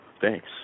thanks